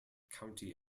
county